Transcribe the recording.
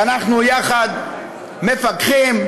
ואנחנו יחד מפקחים,